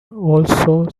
also